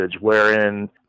wherein